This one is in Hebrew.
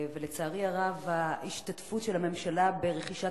ולצערי הרב ההשתתפות של הממשלה ברכישת